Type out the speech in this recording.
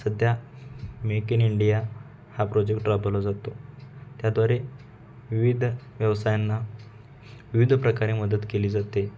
सध्या make in India हा project राबवला जातो त्याद्वारे विविध व्यवसायांना विविध प्रकारे मदत केली जाते